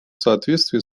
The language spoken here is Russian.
соответствии